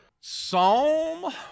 Psalm